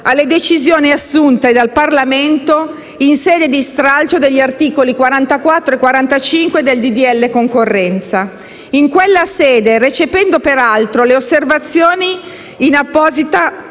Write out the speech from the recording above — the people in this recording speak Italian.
alle decisioni assunte dal Parlamento in sede di stralcio degli articoli 44 e 45 del cosiddetto disegno di legge concorrenza. In quella sede, recependo peraltro le osservazioni in apposita